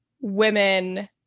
women